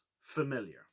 familiar